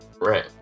Right